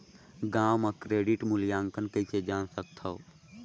गांव म क्रेडिट मूल्यांकन कइसे जान सकथव?